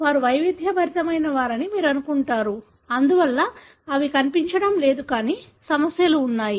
వారు వైవిధ్యభరితమైనవారని మీరు అనుకుంటారు అందువల్ల అవి కనిపించడం లేదు కానీ సమస్యలు ఉన్నాయి